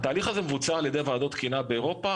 התהליך הזה מבוצע על ידי ועדות תקינה באירופה.